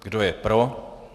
Kdo je pro?